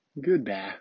Goodbye